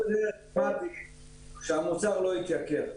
אומרים שהמוצר לא יתייקר.